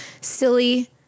silly